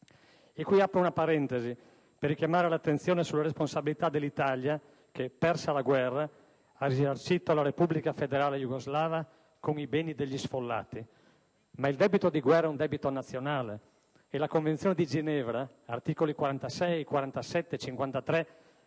Qui apro una parentesi per richiamare l'attenzione sulle responsabilità dell'Italia che, persa la guerra, ha risarcito la Repubblica Federale jugoslava con i beni degli sfollati. Il debito di guerra però è un debito nazionale e la Convenzione di Ginevra (articoli 46, 47, 53)